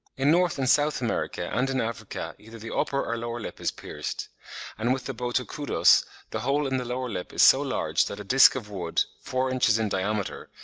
in north and south america and in africa either the upper or lower lip is pierced and with the botocudos the hole in the lower lip is so large that a disc of wood, four inches in diameter,